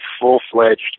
full-fledged